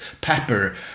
pepper